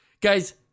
Guys